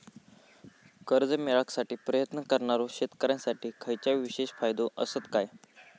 कर्जा मेळाकसाठी प्रयत्न करणारो शेतकऱ्यांसाठी खयच्या विशेष फायदो असात काय?